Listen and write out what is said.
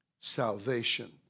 Salvation